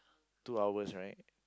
two hours right